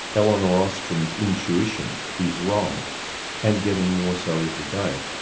elinor ostrom's intuition is wrong and getting more so every day.